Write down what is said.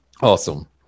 Awesome